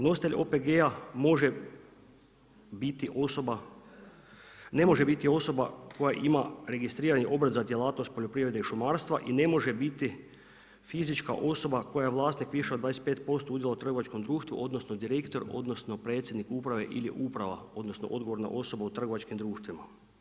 Nositelj OPG-a može biti osoba, ne može biti osoba koja ima registrirani obrt za djelatnost poljoprivrede i šumarstva i ne može biti fizička osoba koja je vlasnik više od 25% udjela u trgovačkom društvu, odnosno direktor, odnosno predsjednik uprave ili uprava, odnosno odgovorna osoba u trgovačkim društvima.